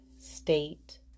state